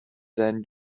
seinen